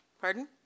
Pardon